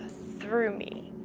ah threw me.